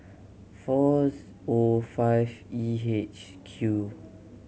fours O five E H Q